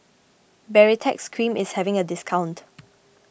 Baritex Cream is having a discount